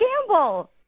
gamble